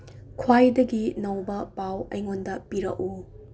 ꯈ꯭ꯋꯥꯏꯗꯒꯤ ꯅꯧꯕ ꯄꯥꯎ ꯑꯩꯉꯣꯟꯗ ꯄꯤꯔꯛꯎ